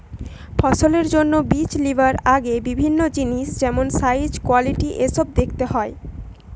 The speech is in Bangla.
ফসলের জন্যে বীজ বেছে লিবার আগে বিভিন্ন জিনিস যেমন সাইজ, কোয়ালিটি এসোব দেখতে হয়